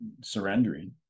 surrendering